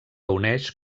uneix